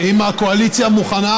אם הקואליציה מוכנה,